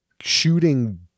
shooting